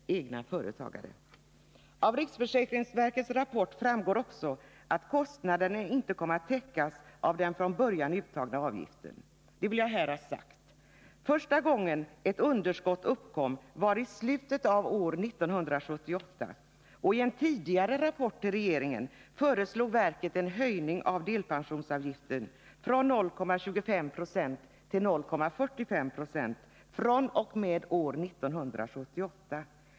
egna företagare. Av riksförsäkringsverkets rapport framgår också att kostnaderna inte kommer att täckas av den från början uttagna avgiften. Det vill jag här ha sagt, att första gången ett underskott uppkom var i slutet av år 1978. I en tidigare rapport till regeringen föreslog verket en höjning av delpensionsavgiften från 0,25 9 till 0,45 96 fr.o.m. år 1978.